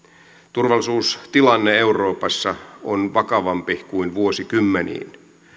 turvallisuustilanne euroopassa on vakavampi kuin vuosikymmeniin